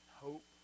hope